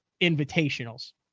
Invitational's